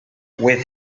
with